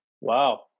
wow